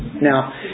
Now